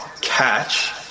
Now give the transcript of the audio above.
catch